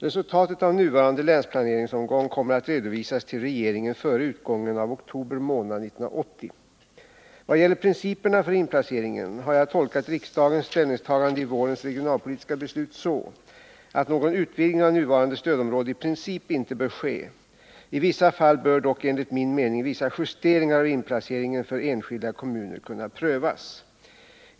Resultatet av nuvarande länsplaneringsomgång kommer att redovisas till regeringen före utgången av oktober månad 1980. 4 Vad gäller principerna för inplaceringen har jag tolkat riksdagens ställningstagande i vårens regionalpolitiska beslut så, att någon utvidgning av nuvarande stödområde i princip inte bör ske. I vissa fall bör dock enligt min mening vissa justeringar av inplaceringen för enskilda kommuner kunna prövas.